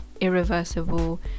irreversible